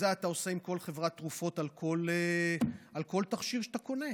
את זה אתה עושה עם כל חברת תרופות על כל תכשיר שאתה קונה.